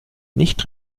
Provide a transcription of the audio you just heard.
nicht